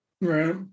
Right